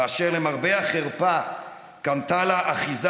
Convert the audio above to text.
ואשר למרבה החרפה קנתה לה אחיזה